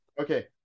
Okay